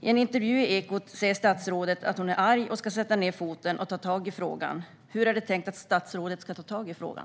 I en intervju i Ekot säger statsrådet att hon är arg och ska sätta ned foten och ta tag i frågan. Hur är det tänkt att statsrådet ska ta tag i frågan?